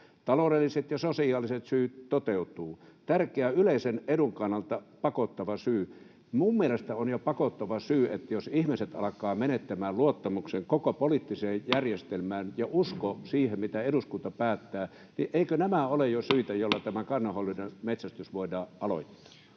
”Taloudelliset ja sosiaaliset syyt toteutuvat.” ”Tärkeä, yleisen edun kannalta pakottava syy.” Minun mielestäni on jo pakottava syy, jos ihmiset alkavat menettämään luottamuksen koko poliittiseen järjestelmään ja uskon siihen, mitä eduskunta päättää. Eivätkö nämä ole jo syitä, joilla tämä kannanhoidollinen metsästys voidaan aloittaa?